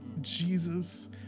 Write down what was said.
Jesus